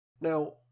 Now